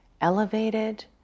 elevated